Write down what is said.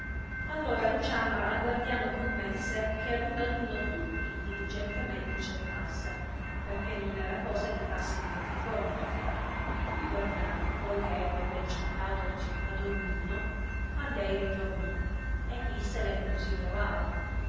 allora luciana al guardiano commesse che ad uno ad uno tutti diligentemente cercasse perchè non era cosa di farsene poco conto il guardiano poi che ebbe ben cercato e ricercato ognuno a lei ritornò e dissele che non si trovava